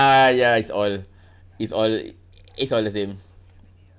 ya it's all it's all it's all the same